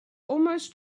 almost